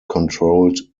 controlled